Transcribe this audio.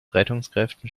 rettungskräften